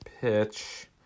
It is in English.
pitch